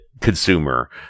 consumer